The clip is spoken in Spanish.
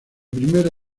primera